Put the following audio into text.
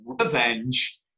revenge